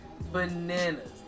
bananas